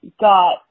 got